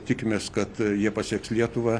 tikimės kad jie pasieks lietuvą